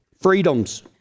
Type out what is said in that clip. Freedoms